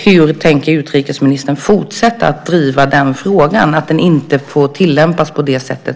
Hur tänker utrikesministern fortsätta att driva frågan att lagen inte får tillämpas på det sättet?